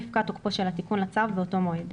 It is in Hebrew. יפקע תוקפו של התיקון לצו אותו מועד.